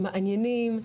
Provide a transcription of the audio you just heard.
מעניינים.